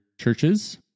churches